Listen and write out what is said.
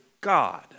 God